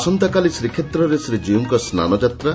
ଆସନ୍ତାକାଲି ଶ୍ରୀକ୍ଷେତ୍ରରେ ଶ୍ରୀଜୀଉଙ୍କ ସ୍ନାନଯାତ୍ରା